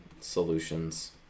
solutions